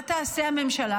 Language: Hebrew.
מה תעשה הממשלה,